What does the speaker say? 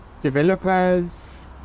developers